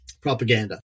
propaganda